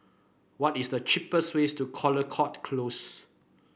what is the cheapest ways to Caldecott Close